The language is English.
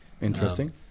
Interesting